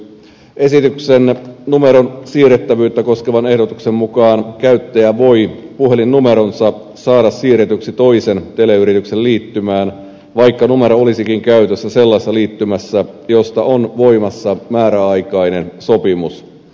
esityksen numeron siirrettävyyttä koskevan ehdotuksen mukaan käyttäjä voi puhelinnumeronsa saada siirretyksi toisen teleyrityksen liittymään vaikka numero olisikin käytössä sellaisessa liittymässä josta on voimassa määräaikainen sopimus